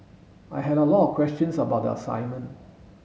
I had a lot of questions about the assignment